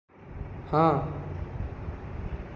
ହଁ